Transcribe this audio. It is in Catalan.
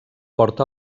porta